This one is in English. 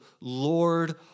Lord